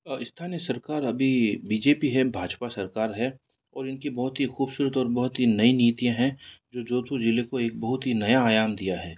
स्थानीय सरकार अभी बी जे पी है भाजपा सरकार है और इनकी बहुत ही खूबसूरत और बहुत ही नई नीतियाँ है जो जोधपुर जिले को एक बहुत ही नया आयाम दिया है